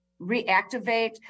reactivate